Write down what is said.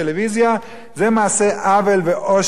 זה מעשה עוול ועושק וגזל,